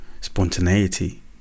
spontaneity